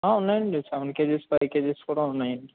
ఆ ఉన్నాయండి seven KGs five KGs కూడా ఉన్నాయండి